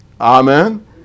Amen